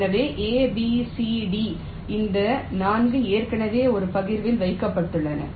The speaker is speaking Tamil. எனவே A B C D இந்த 4 ஏற்கனவே ஒரு பகிர்வில் வைக்கப்பட்டுள்ளன